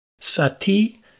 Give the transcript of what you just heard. sati